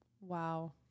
wow